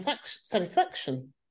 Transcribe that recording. satisfaction